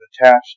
attached